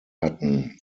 hatten